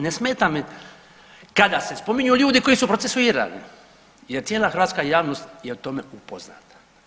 Ne smeta mi kada se spominju ljudi koji su procesuirani, jer cijela hrvatska javnost je o tome upoznata.